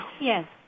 Yes